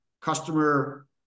customer